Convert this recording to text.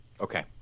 Okay